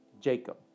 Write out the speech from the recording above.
Jacob